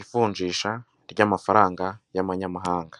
ivunjisha ry'amafaranga y'amanyamahanga.